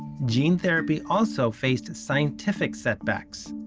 gene therapy also faced scientific setbacks.